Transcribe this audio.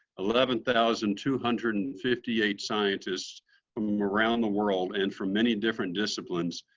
eleven thousand two hundred and fifty eight scientists from um around the world, and from many different disciplines,